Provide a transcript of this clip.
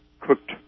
cooked